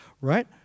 right